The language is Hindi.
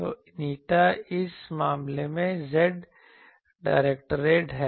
तो n इस मामले में z डायरेक्टेड है